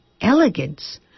elegance